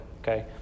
okay